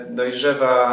dojrzewa